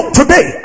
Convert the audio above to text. today